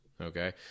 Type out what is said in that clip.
Okay